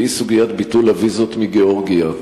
והיא סוגיית ביטול הוויזות מגאורגיה.